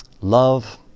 Love